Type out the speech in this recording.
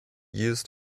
used